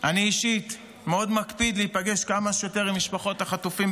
אני אישית מקפיד מאוד להיפגש כמה שיותר עם משפחות החטופים,